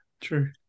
true